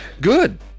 Good